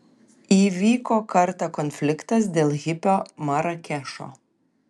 įvyko kartą konfliktas dėl hipio marakešo